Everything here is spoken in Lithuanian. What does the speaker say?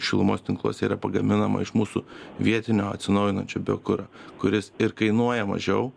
šilumos tinkluose yra pagaminama iš mūsų vietinio atsinaujinančio biokuro kuris ir kainuoja mažiau